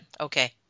Okay